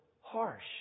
harsh